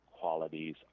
qualities